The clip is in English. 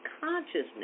consciousness